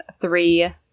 three